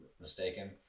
mistaken